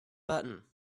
button